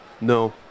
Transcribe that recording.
No